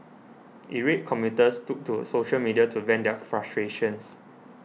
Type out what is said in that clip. irate commuters took to social media to vent their frustration